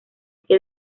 que